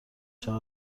شود